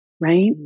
right